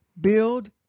Build